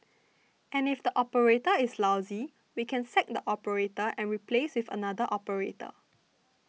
and if the operator is lousy we can sack the operator and replace with another operator